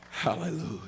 hallelujah